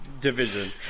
division